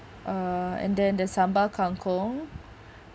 uh and then the sambal kangkong